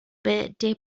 birthday